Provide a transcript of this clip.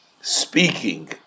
speaking